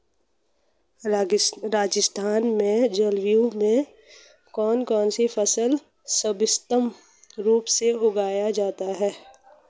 राजस्थान की जलवायु में कौन कौनसी फसलें सर्वोत्तम रूप से उगाई जा सकती हैं?